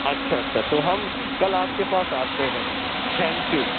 اچھا اچھا تو ہم کل آپ کے پاس آتے ہیں تھینک یو